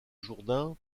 jourdain